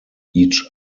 each